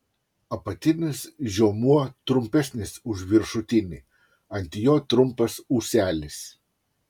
apatinis žiomuo trumpesnis už viršutinį ant jo trumpas ūselis